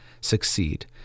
succeed